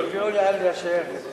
שיקבעו לאן לשייך את זה.